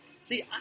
See